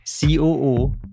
COO